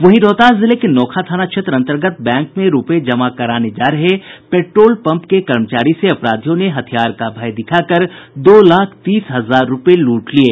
वहीं रोहतास जिले के नोखा थाना क्षेत्र अन्तर्गत बैंक में रूपये जमा कराने जा रहे पेट्रोल पम्प के कर्मचारी से अपराधियों ने हथियार का भय दिखाकर दो लाख तीस हजार रूपये लूट लिये